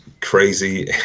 crazy